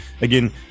Again